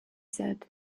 said